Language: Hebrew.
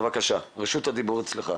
בבקשה, רשות הדיבור אצלך.